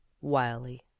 Wiley